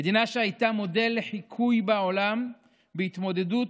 מדינה שהייתה מודל לחיקוי בעולם בהתמודדות